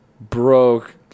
broke